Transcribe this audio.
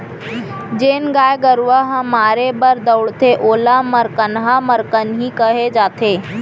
जेन गाय गरूवा ह मारे बर दउड़थे ओला मरकनहा मरकनही कहे जाथे